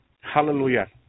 Hallelujah